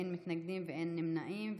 אין מתנגדים ואין נמנעים.